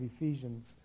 Ephesians